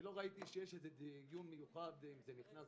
ראיתי שיש דיון מיוחד, אם זה נכנס